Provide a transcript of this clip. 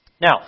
Now